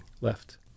left